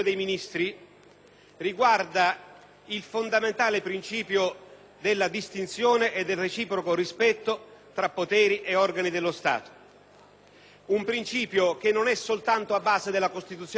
riguarda il fondamentale principio della distinzione e del reciproco rispetto tra poteri e organi dello Stato. È un principio che non è soltanto alla base della Costituzione repubblicana: